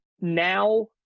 now